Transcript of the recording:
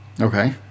Okay